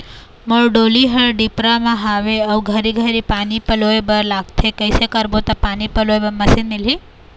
मोर डोली हर डिपरा म हावे अऊ घरी घरी पानी पलोए बर लगथे कैसे करबो त पानी पलोए बर मशीन मिलही?